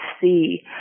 see